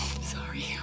Sorry